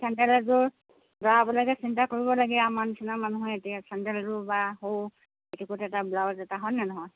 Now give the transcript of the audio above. sandal এযোৰ দৰাবলকৈ চিন্তা কৰিব লাগে আমাৰ নিচিনা মানুহে এতিয়া চেণ্ডেল এযোৰ বা সৌ পেটিকোট এটা ব্লাউজ এটা হয়নে নহয়